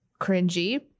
cringy